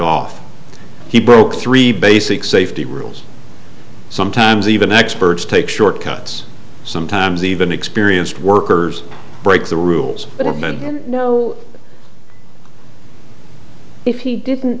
off he broke three basic safety rules sometimes even experts take shortcuts sometimes even experienced workers break the rules but i've been know if he didn't